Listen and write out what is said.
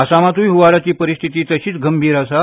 आसामांतूय हुंवाराची परिस्थिती तशीच गंभीर आसा